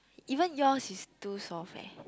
even your is too soft leh